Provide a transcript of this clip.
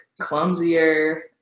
clumsier